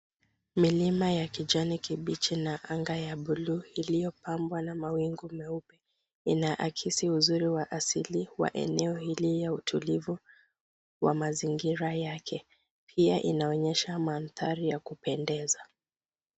Milima ya kijani kibichi na anga ya bluu iliyopambwa na mawingu meupe inaakisi uzuri wa asili wa eneo hili ya utulivu wa mazingira yake, pia inaonyesha mandhari ya kupendeza.